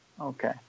Okay